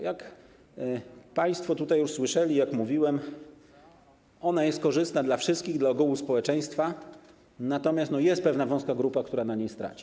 Jak państwo tutaj już słyszeli, jak mówiłem, ona jest korzystna dla wszystkich, dla ogółu społeczeństwa, natomiast jest pewna wąska grupa osób, która na nim straci.